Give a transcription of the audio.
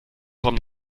vom